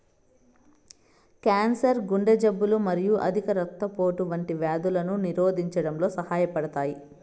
cancer, గుండె జబ్బులు మరియు అధిక రక్తపోటు వంటి వ్యాధులను నిరోధించడంలో సహాయపడతాయి